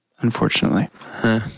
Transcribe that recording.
unfortunately